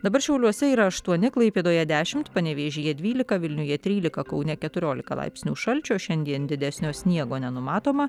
dabar šiauliuose yra aštuoni klaipėdoje dešimt panevėžyje dvylika vilniuje trylika kaune keturiolika laipsnių šalčio šiandien didesnio sniego nenumatoma